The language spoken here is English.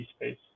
space